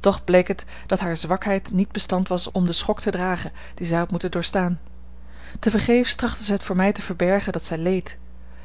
toch bleek het dat hare zwakheid niet bestand was om den schok te dragen dien zij had moeten doorstaan tevergeefs trachtte zij het voor mij te verbergen dat zij leed